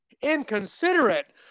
inconsiderate